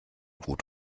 gut